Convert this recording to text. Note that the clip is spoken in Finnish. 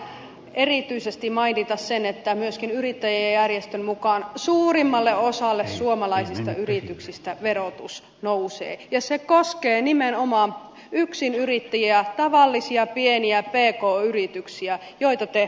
haluan vielä erityisesti mainita sen että myöskin yrittäjien järjestön mukaan suurimmalle osalle suomalaisista yrityksistä verotus nousee ja se koskee nimenomaan yksinyrittäjiä tavallisia pieniä pk yrityksiä joita te rankaisette